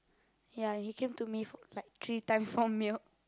ya he came to me for like three times for milk